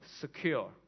secure